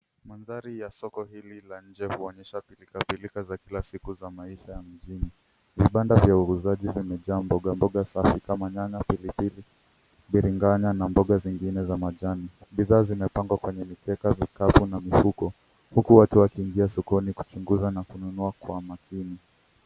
Maandhari ya soko hili la nje huonyesha pilka pilka za kila siku za maisha ya mjini. Vibanda vya wauzaji vimejaa mboga mboga safi kama nyanya, pilipili, biringanya na mboga zingine za majani. Bidhaa zimepangwa kwenye mikeka mikavu na mifuko huku watu waki ingia sokoni kuchunguza na kununua kwa makini.